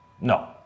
no